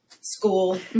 school